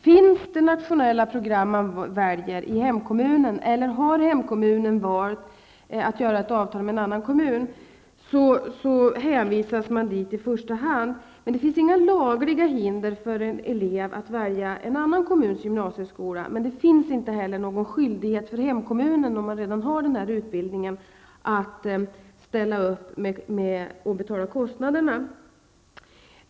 Finns det nationella program i hemkommunen eller har hemkommunen valt att träffa avtal med en annan kommun, hänvisas eleven dit i första hand. Det finns inga lagliga hinder för en elev att välja en annan kommuns gymnasieskola, men det finns inte heller någon skyldighet för hemkommunen, om den redan har den önskade utbildningen, att ställa upp och betala kostnaderna.